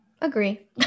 agree